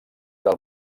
del